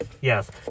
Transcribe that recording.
yes